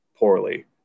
poorly